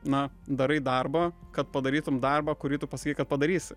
na darai darbą kad padarytum darbą kurį tu pasakei kad padarysi